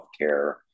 healthcare